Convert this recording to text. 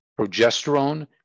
progesterone